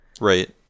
Right